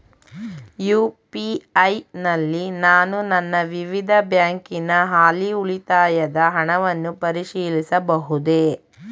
UPI ನಲ್ಲಿ ನಾನು ನನ್ನ ವಿವಿಧ ಬ್ಯಾಂಕಿನ ಹಾಲಿ ಉಳಿತಾಯದ ಹಣವನ್ನು ಪರಿಶೀಲಿಸಬಹುದೇ?